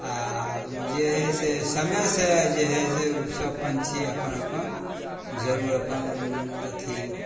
आओर जे हइ से समय से जे हइ से ओसब पन्छी अपन अपन जरूर अपन अथी